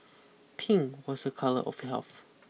pink was a colour of health